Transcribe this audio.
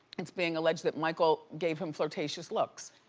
it's being alleged that michael gave him flirtatious looks.